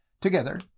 Together